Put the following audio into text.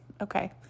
Okay